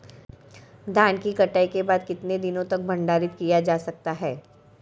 धान की कटाई के बाद कितने दिनों तक भंडारित किया जा सकता है?